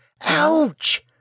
Ouch